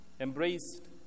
embraced